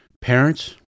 parents